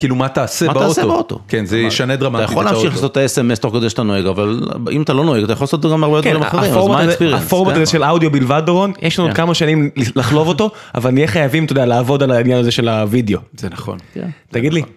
כאילו מה תעשה באוטו, כן זה ישנה דרמטית, אתה יכול להמשיך לעשות סמס תוך כדי שאתה נוהג, אבל אם אתה לא נוהג אתה יכול לעשות דרמטיות אחרות. הפורמט הזה של אודיו בלבד דורון, יש לנו עוד כמה שנים לחלוב אותו, אבל נהיה חייבים לעבוד על העניין הזה של הוידאו, זה נכון, תגיד לי.